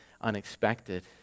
unexpected